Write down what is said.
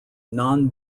non